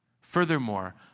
Furthermore